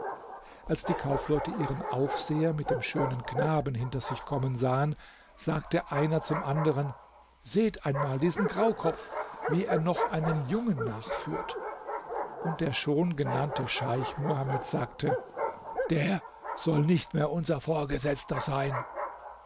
als die kaufleute ihren aufseher mit dem schönen knaben hinter sich kommen sahen sagte einer zum andern seht einmal diesen graukopf wie er noch einen jungen nachführt und der schon genannte scheich muhamed sagte der soll nicht mehr unser vorgesetzter sein